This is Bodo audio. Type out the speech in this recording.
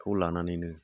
लानानैनो